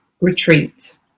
retreat